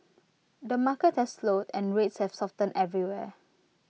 the market has slowed and rates have softened everywhere